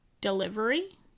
delivery